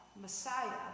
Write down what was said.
Messiah